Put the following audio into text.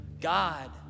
God